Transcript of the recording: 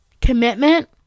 Commitment